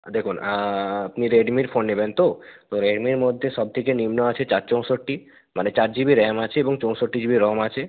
দেখুন আপনি রেডমির ফোন নেবেন তো তো রেডমির মধ্যে সব থেকে নিম্ন আছে চার চৌষট্টি মানে চার জি বি র্যাম আছে এবং চৌষট্টি জি বি রম আছে